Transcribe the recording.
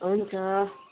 हुन्छ